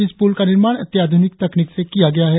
इस पूल का निर्माण अत्याधुनिक तकनीक से किया गया है